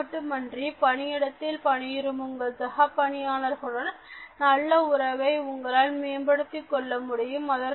அது மட்டுமின்றி பணியிடத்தில் பணிபுரியும் உங்கள் சக பணியாளர்களுடன் நல்ல உறவை உங்களால் மேம்படுத்திக் கொள்ள முடியும்